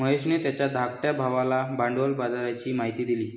महेशने त्याच्या धाकट्या भावाला भांडवल बाजाराची माहिती दिली